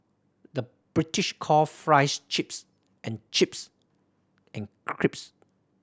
the British call fries chips and chips and crisps